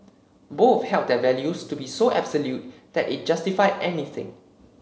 both held their values to be so absolute that it justified anything